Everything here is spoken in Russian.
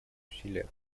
усилия